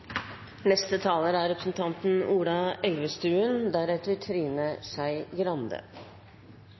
Neste taler er representanten